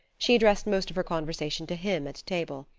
she addressed most of her conversation to him at table.